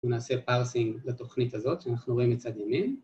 ‫ונעשה פרסינג לתוכנית הזאת ‫שאנחנו רואים מצד ימין.